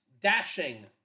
dashing